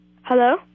Hello